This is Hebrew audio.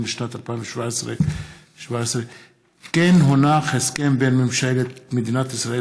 לשנת 2017. כמו כן הונחו הסכם בין ממשלת מדינת ישראל